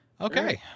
Okay